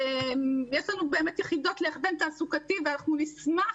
יש לנו יחידות להכוון תעסוקתי ואנחנו נשמח